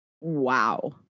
Wow